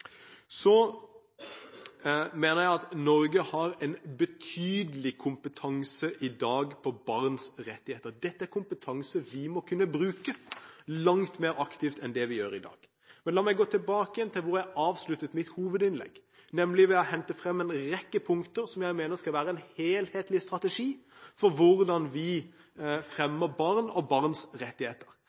Jeg mener Norge har en betydelig kompetanse i dag med tanke på barns rettigheter. Dette er kompetanse vi må kunne bruke langt mer aktivt enn det vi gjør i dag. Men la meg gå tilbake igjen til der jeg avsluttet mitt hovedinnlegg, nemlig ved å hente frem en rekke punkter jeg mener skal være en helhetlig strategi for hvordan vi fremmer barn og barns rettigheter: